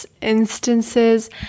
instances